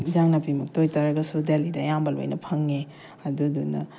ꯑꯦꯟꯁꯥꯡ ꯅꯥꯄꯤꯃꯛꯇ ꯑꯣꯏ ꯇꯥꯔꯒꯁꯨ ꯗꯦꯂꯤꯗ ꯑꯌꯥꯝꯕ ꯂꯣꯏꯅ ꯐꯪꯉꯤ ꯑꯗꯨꯗꯨꯅ